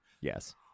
yes